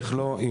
איך לא?